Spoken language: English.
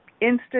instant